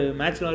match